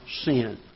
sin